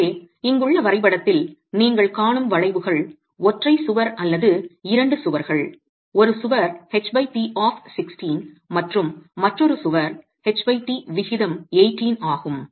எனவே இங்குள்ள வரைபடத்தில் நீங்கள் காணும் வளைவுகள் ஒற்றைச் சுவர் அல்லது 2 சுவர்கள் ஒரு சுவர் ht ஆப் 16 மற்றும் மற்றொரு சுவர் ht விகிதம் 18 ஆகும்